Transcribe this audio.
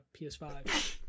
PS5